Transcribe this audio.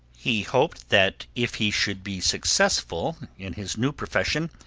he hoped that if he should be successful in his new profession,